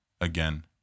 again